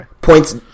Points